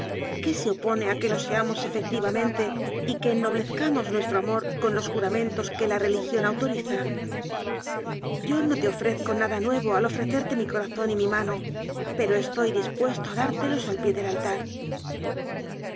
qué se opone a que lo seamos efectiva mente y que ennoblezcamos nuestro amor con los juramentos que la religión autoriza yo no te ofrezco nada nuevo al ofrecerte mi corazón y mi mano pero estoy dispuesto a dártelos al pie del altar